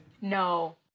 No